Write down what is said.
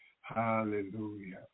Hallelujah